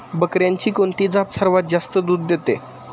बकऱ्यांची कोणती जात सर्वात जास्त दूध देते?